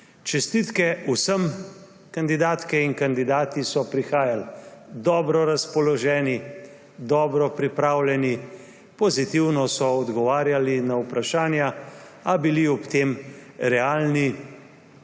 Čestitke vsem! Kandidatke in kandidati so prihajali dobro razpoloženi, dobro pripravljeni, pozitivno so odgovarjali na vprašanja; a bili ob tem realni,